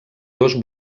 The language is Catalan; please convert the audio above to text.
dos